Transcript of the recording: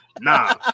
Nah